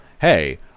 hey